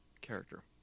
character